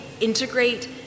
integrate